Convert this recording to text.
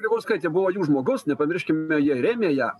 grybauskaitė buvo jų žmogaus nepamirškime jie ir rėmė ją